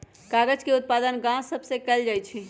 कागज के उत्पादन गाछ सभ से कएल जाइ छइ